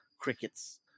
crickets